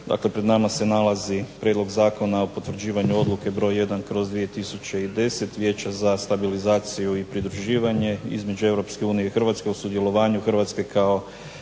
Dakle pred nama se nalazi prijedlog Zakona o potvrđivanju odluke broj 1/2010 Vijeća za stabilizaciju i pridruživanje između Europske unije i Hrvatske o sudjelovanju Hrvatske kao